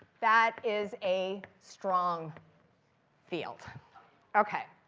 that is a strong field ok,